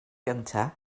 gyntaf